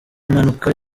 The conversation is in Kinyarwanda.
mpanuka